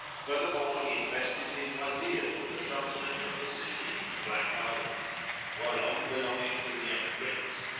furthermore he invested his wazir with the sultanate of the city in the black islands whilome belonging to the young prince,